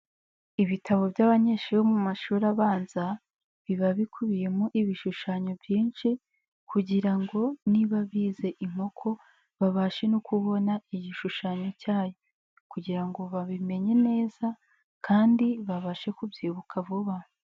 Ibitabo by'abanyeshuri bo mu mashuri abanza biba bikubiyemo ibishushanyo byinshi kugira ngo niba bize inkoko babashe no kubona igishushanyo cyayo kugira ngo babimenye neza kandi babashe kubyibuka vuba.